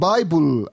Bible